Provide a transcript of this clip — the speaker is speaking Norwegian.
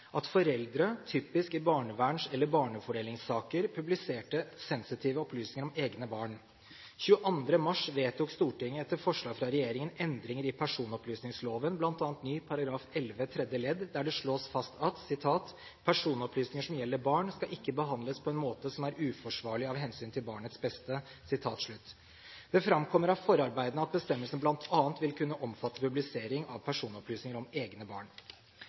at foreldre – typisk i barneverns- eller barnefordelingssaker – publiserer sensitive opplysninger om egne barn. 22. mars vedtok Stortinget, etter forslag fra regjeringen, endringer i personopplysningsloven, bl.a. § 11 nytt tredje ledd, der det slås fast: «Personopplysninger som gjelder barn, skal ikke behandles på en måte som er uforsvarlig av hensyn til barnets beste.» Det framkommer av forarbeidene at bestemmelsen bl.a. vil kunne omfatte publisering av personopplysninger om egne barn.